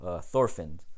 Thorfinn